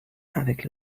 avec